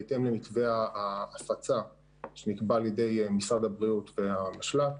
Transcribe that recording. בהתאם למתווה ההפצה שנקבע על ידי משרד הבריאות והמשל"ט,